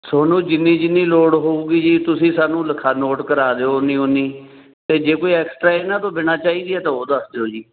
ਤੁਹਾਨੂੰ ਜਿੰਨੀ ਜਿੰਨੀ ਲੋੜ ਹੋਊਗੀ ਜੀ ਤੁਸੀਂ ਸਾਨੂੰ ਲਖਾ ਨੋਟ ਕਰਾ ਦਿਓ ਉੰਨੀ ਉੰਨੀ ਅਤੇ ਜੇ ਕੋਈ ਐਕਸਟਰਾ ਇਹਨਾਂ ਤੋਂ ਬਿਨਾਂ ਚਾਹੀਦੀ ਹੈ ਤਾਂ ਉਹ ਦੱਸ ਦਿਓ ਜੀ